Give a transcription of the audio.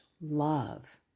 love